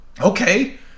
Okay